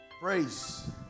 Praise